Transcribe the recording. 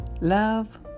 Love